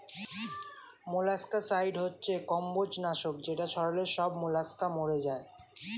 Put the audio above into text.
molluscicide হচ্ছে কম্বোজ নাশক যেটা ছড়ালে সব মোলাস্কা মরে যায়